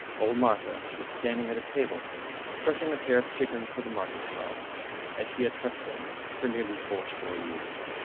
old martha was standing at a table trussing a pair of chickens for the market stall as she had trussed them for nearly fourscore years.